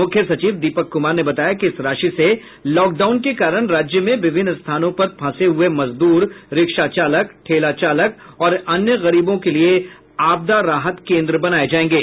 मुख्य सचिव दीपक कुमार ने बताया कि इस राशि से लॉकडाउन के कारण राज्य में विभिन्न स्थानों पर फंसे हुए मजदूर रिक्शा चालक ठेला चालक और अन्य गरीबों के लिये आपदा राहत केन्द्र बनाये जायेंगे